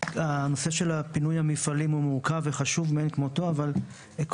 נושא פינוי המפעלים מורכב וחשוב אבל כל